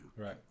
Right